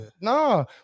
no